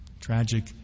Tragic